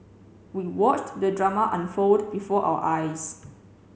we watched the drama unfold before our eyes